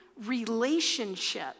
relationship